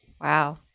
Wow